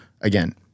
again